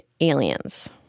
aliens